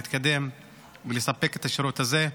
נתקדם לספק את השירות הזה.